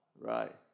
right